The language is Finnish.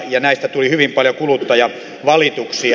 näistä tuli hyvin paljon kuluttajavalituksia